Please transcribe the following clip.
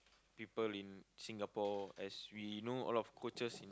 people in Singapore as we know a lot of coaches